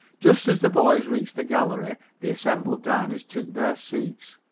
just as the boys reached the gallery, the assembled diners took their seats.